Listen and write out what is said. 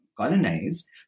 colonized